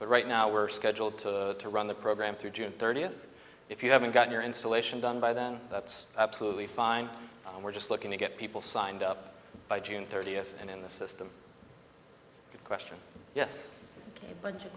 but right now we're scheduled to run the program through june thirtieth if you haven't got your installation done by then that's absolutely fine and we're just looking to get people signed up by june thirtieth and in the system good question yes bu